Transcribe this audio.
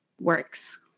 works